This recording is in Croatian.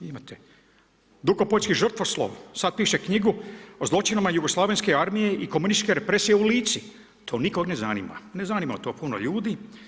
Imate …/nerazumljivo/… žrtvoslov sad piše knjigu o zločinima jugoslavenske armije i komunističke represije u Lici, to nikog ne zanima, ne zanima to puno ljudi.